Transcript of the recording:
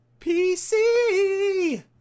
PC